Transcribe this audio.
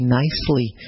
nicely